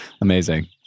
Amazing